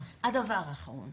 הדבר האחרון.